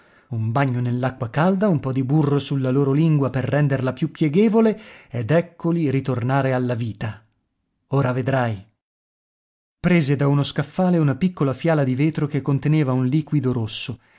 un bagno nell'acqua calda un po di burro sulla loro lingua per renderla più pieghevole ed eccoli ritornare alla vita ora vedrai prese da uno scaffale una piccola fiala di vetro che conteneva un liquido rosso